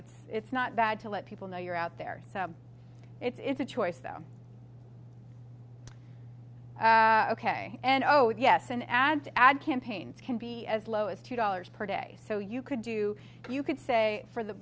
it's it's not bad to let people know you're out there so it's a choice though ok and oh yes an ad ad campaigns can be as low as two dollars per day so you could do you could say for the